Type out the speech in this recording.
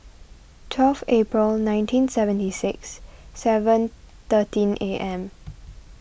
twelve April nineteen seventy six seven thirteen A M